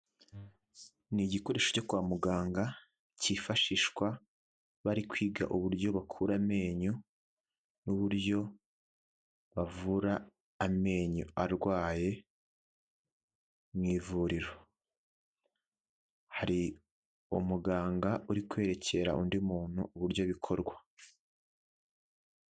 Ni igikoresho cyo kwa muganga, kifashishwa bari kwiga uburyo bakura amenyo n'uburyo bavura amenyo arwaye mu ivuriro, hari umuganga uri kwerekera undi muntu uburyo bikorwa.